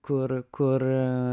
kur kur